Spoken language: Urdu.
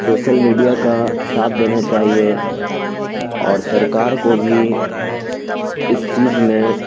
سوسل میڈیا کا ساتھ دینا چاہیے اور سرکار کو بھی اس چیز میں